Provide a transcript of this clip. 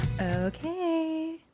Okay